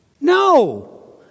No